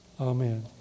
Amen